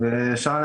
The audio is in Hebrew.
או שיש בה נזילות.